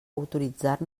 autoritzar